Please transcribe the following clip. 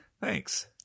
thanks